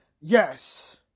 Yes